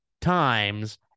times